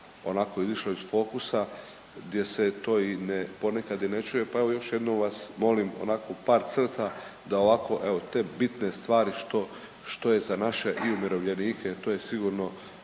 onako izišlo iz fokusa gdje se to i ne, ponekad i ne čuje pa evo još jednom vas molim onako u par crta da ovako evo te bitne stvari što, što je za naše i umirovljenike, a to je sigurno